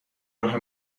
راه